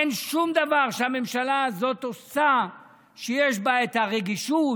אין שום דבר שהממשלה הזאת עושה שיש בו את הרגישות,